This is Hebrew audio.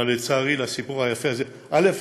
אבל לצערי, לסיפור היפה הזה, א.